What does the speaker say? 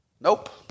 Nope